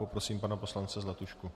Poprosím pana poslance Zlatušku.